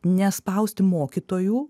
nespausti mokytojų